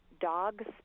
dogs